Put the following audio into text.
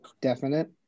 definite